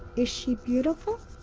is she beautiful?